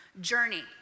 journey